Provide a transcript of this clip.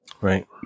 Right